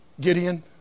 Gideon